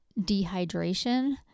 dehydration